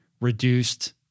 reduced